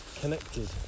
connected